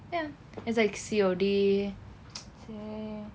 ya it's like C_O_D